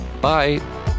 bye